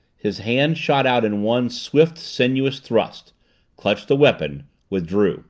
his hand shot out in one swift sinuous thrust clutched the weapon withdrew